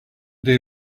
day